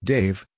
Dave